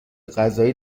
غذایی